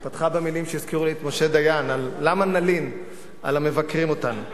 היא פתחה במלים שהזכירו לי את משה דיין: למה נלין על המבקרים אותנו?